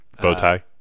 Bowtie